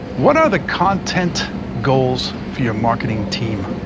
what are the content goals for your marketing team?